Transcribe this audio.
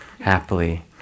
happily